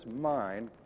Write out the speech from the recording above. mind